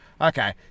okay